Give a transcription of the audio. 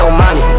money